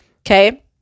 okay